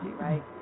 right